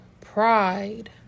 pride